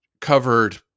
covered